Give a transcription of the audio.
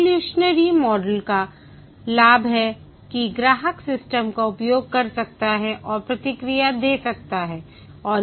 evolutionary model का लाभ है कि ग्राहक सिस्टम का उपयोग कर सकता है और प्रतिक्रिया दे सकता है